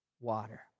water